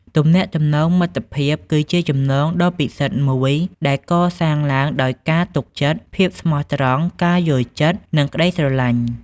ទំនាក់ទំនងមិត្តភាព គឺជាចំណងដ៏ពិសិដ្ឋមួយដែលកសាងឡើងដោយការទុកចិត្ត ភាពស្មោះត្រង់ ការយល់ចិត្ត និងក្តីស្រឡាញ់។